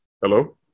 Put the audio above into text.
Hello